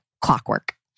clockwork